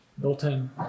built-in